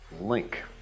link